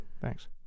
Thanks